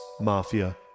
Mafia